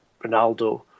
Ronaldo